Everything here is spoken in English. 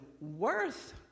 worth